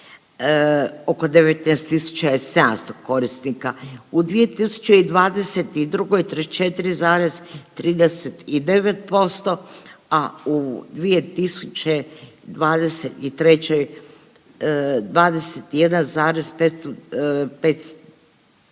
oko 19.700 korisnika, u 2022. 34,39%, a u 2023. 21.550